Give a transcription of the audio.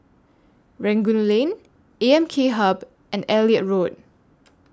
Rangoon Lane A M K Hub and Elliot Road